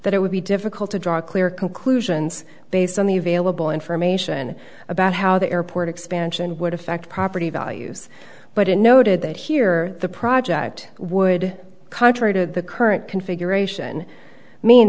that it would be difficult to draw clear conclusions based on the available information about how the airport expansion would affect property values but it noted that here the project would contrary to the current configuration me